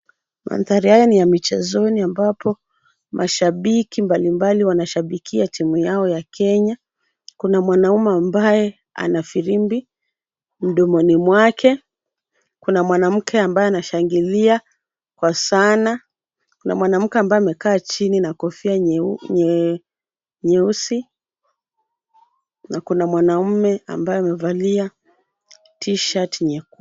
Mandhari haya ni ya michezoni ambapo mashabiki mbalimbali wanashabikia timu yao ya Kenya. Kuna mwanaume ambaye ana firimbi mdomoni mwake. Kuna mwanamke ambaye anashangilia kwa sana. Kuna mwanamke ambaye amekaa chini na kofia nyeusi na kuna mwanamume ambaye amevalia t-shirt .